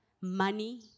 money